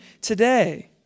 today